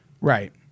Right